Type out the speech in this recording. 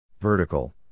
Vertical